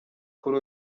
kuri